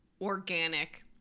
organic